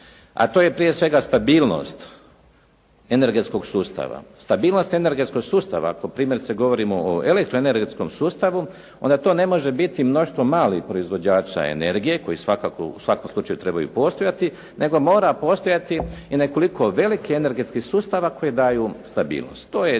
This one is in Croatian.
a to je prije svega stabilnost energetskog sustava. Stabilnost energetskog sustava, ako primjerice govorimo o elektro energetskom sustavu onda to ne može biti mnoštvo malih proizvođača energije koji svakako u svakom slučaju trebaju postojati, nego mora postojati i nekoliko velikih energetskih sustava koji daju stabilnost.